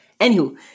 Anywho